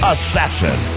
Assassin